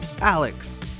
Alex